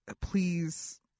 please